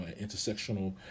intersectional